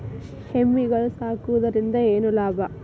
ಎಮ್ಮಿಗಳು ಸಾಕುವುದರಿಂದ ಏನು ಲಾಭ?